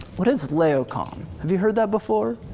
what is laocoon? have you heard that before?